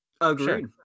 Agreed